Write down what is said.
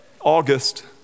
August